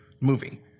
movie